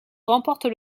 remportent